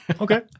Okay